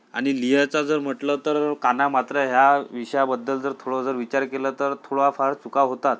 आणि लिहायचा जर म्हटलं तर काना मात्रा ह्या विषयाबद्दल जर थोडं जर विचार केलं तर थोडाफार चुका होतात